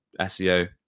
SEO